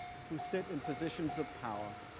who sit in positions of power